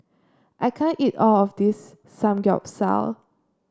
I can't eat all of this Samgeyopsal